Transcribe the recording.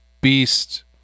Beast